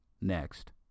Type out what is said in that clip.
next